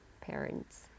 parents